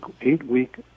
eight-week